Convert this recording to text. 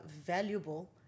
valuable